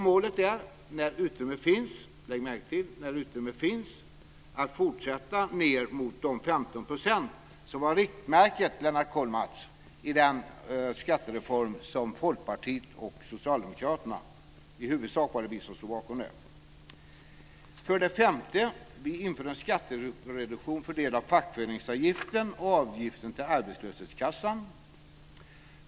Målet är att när utrymme finns - lägg märke till det - återgå till de 15 % som var riktmärket, Lennart Kollmats, i den skattereform som i huvudsak Folkpartiet och Socialdemokraterna stod bakom. För det femte: Vi inför en skattereduktion för en del av fackföreningsavgiften och avgiften till arbetslöshetskassan.